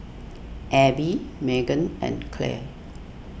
Abby Meagan and Clell